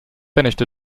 finished